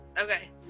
Okay